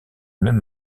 même